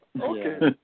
Okay